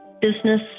business